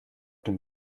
den